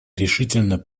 решительно